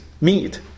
meet